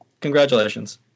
Congratulations